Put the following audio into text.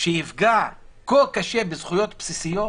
שיפגע כה קשה בזכויות בסיסיות